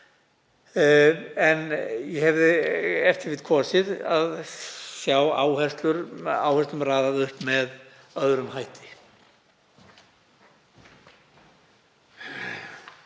En ég hefði e.t.v. kosið að sjá áherslum raðað upp með öðrum hætti.